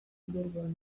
bilbon